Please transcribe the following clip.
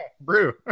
Brew